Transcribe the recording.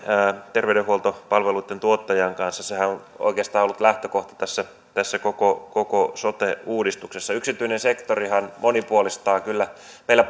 terveydenhuoltopalveluitten tuottajien kanssa on oikeastaan ollut lähtökohta tässä koko koko sote uudistuksessa yksityinen sektorihan monipuolistaa kyllä meillä